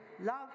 love